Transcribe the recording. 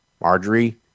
Marjorie